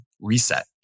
reset